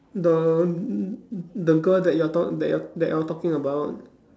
the n~ n~ n~ the girl that you are ta~ that you're that you're talking about